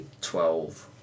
twelve